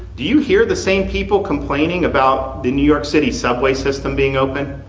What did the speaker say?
do you hear the same people complaining about the new york city subway system being open?